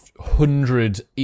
hundred